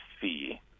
fee